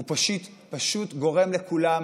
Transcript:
הוא פשוט גורם לכולם